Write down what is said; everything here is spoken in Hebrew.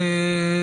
שנדרש.